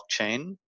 blockchain